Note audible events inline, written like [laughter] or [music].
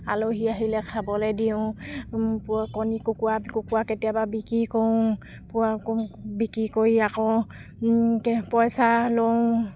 আলহী আহিলে খাবলে দিওঁ কণী কুকুৰা কুকুৰা কেতিয়াবা বিক্ৰী কৰোঁ [unintelligible] বিকি কৰি আকৌ পইছা লওঁ